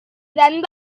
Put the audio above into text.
than